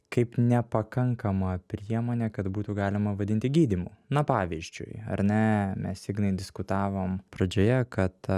kaip nepakankama priemonė kad būtų galima vadinti gydymu na pavyzdžiui ar ne mes ignai diskutavom pradžioje kad